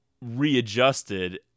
readjusted